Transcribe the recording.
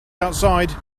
outside